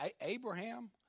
Abraham